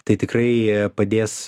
tai tikrai padės